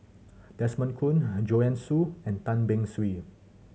Desmond Kon Joanne Soo and Tan Beng Swee